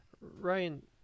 Ryan